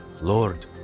Lord